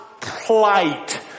plight